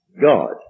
God